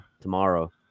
tomorrow